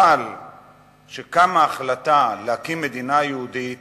אבל כשקמה ההחלטה להקים מדינה יהודית